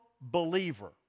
believer